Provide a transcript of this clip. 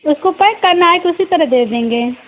उसको पैक करना है की उसी तरह भेज देंगे